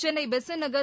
Chennai Besant Nagar